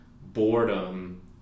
boredom